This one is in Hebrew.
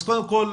אז קודם כל,